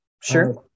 Sure